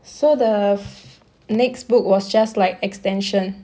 so the f~ next book was just like extension